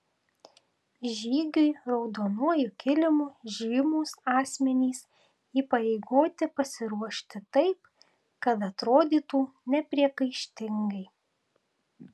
žygiui raudonuoju kilimu žymūs asmenys įpareigoti pasiruošti taip kad atrodytų nepriekaištingai